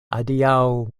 adiaŭ